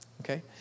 okay